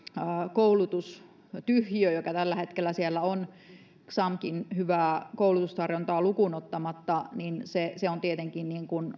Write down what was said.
koulutustyhjiö joka tällä hetkellä siellä on xamkin hyvää koulutustarjontaa lukuun ottamatta on tietenkin